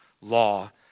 law